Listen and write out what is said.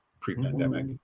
pre-pandemic